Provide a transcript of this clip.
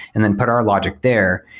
and then put our logic there,